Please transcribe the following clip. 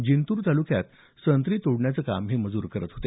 जिंतूर तालुक्यात संत्री तोडण्याचं काम हे मजूर करत होते